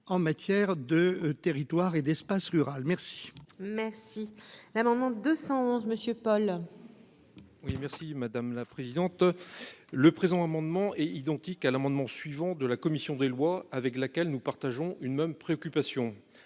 en matière de territoire et d'espace rural merci. Merci l'amendement 211 Monsieur Paul. Oui merci madame la présidente, le présent amendement est identique à l'amendement suivant de la commission des lois, avec laquelle nous partageons une même préoccupation